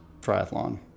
triathlon